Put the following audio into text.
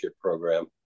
program